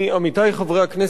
עמיתי חברי הכנסת,